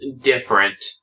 different